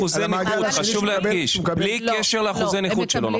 חשוב להדגיש, בלי קשר לאחוזי נכות שלו.